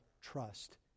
trust